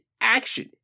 action